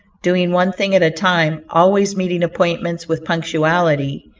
doing one thing at a time, always meeting appointments with punctuality,